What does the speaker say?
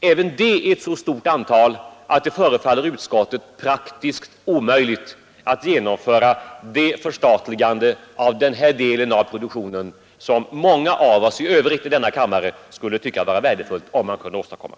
Även detta antal är så stort att det förefaller utskottet praktiskt omöjligt att genomföra ett förstatligande av denna produktion, något som många av oss i kammaren annars skulle vilja genomföra.